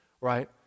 right